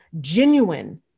genuine